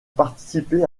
participé